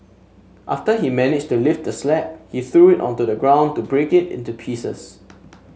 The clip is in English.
after he managed to lift the slab he threw it onto the ground to break it into pieces